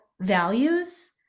values